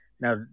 Now